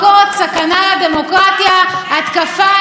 גם זה, הסתה, סכנה, התקפה.